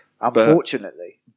Unfortunately